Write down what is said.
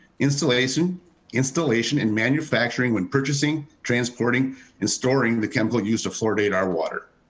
installation installation and manufacturing when purchasing, transporting and storing the chemical used to fluoridate our water.